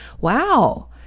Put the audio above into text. wow